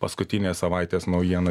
paskutinės savaitės naujiena